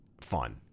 fun